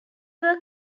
were